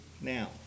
now